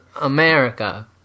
America